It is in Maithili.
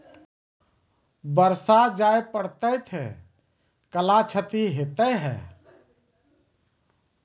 बरसा जा पढ़ते थे कला क्षति हेतै है?